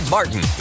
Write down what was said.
Martin